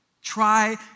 try